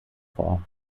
vor